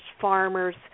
farmers